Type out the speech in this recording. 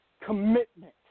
commitment